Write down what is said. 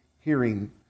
hearing